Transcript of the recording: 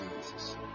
Jesus